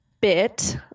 bit